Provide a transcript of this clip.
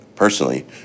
Personally